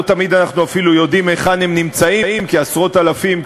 לא תמיד אנחנו אפילו יודעים היכן הם נמצאים כי עשרות אלפים,